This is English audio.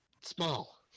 small